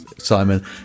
Simon